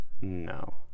No